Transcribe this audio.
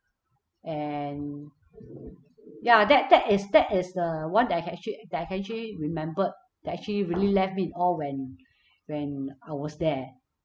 and ya that that is that is the one that I can actually that I can actually remembered that actually really left me in awe when when I was there